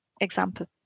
example